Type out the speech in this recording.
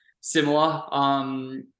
similar